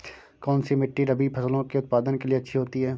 कौनसी मिट्टी रबी फसलों के उत्पादन के लिए अच्छी होती है?